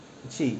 去